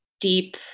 deep